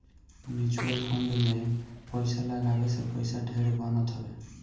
mutual fund में पईसा लगावे से पईसा ढेर बनत हवे